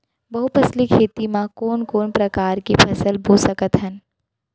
बहुफसली खेती मा कोन कोन प्रकार के फसल बो सकत हन?